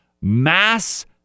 Mass